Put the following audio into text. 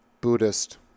Buddhist